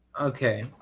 Okay